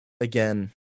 again